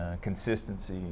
consistency